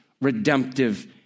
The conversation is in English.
redemptive